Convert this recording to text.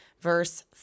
verse